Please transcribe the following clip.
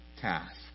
task